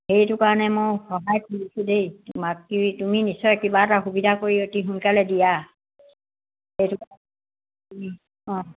সেইটো কাৰণে মই সহায় খুজিছোঁ দেই তোমাক কি তুমি নিশ্চয় কিবা এটা সুবিধা কৰি অতি সোনকালে দিয়া সেইটো অঁ